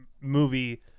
movie